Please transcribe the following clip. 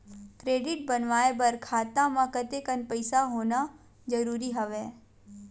Credit बनवाय बर खाता म कतेकन पईसा होना जरूरी हवय?